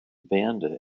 banda